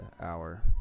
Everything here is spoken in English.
hour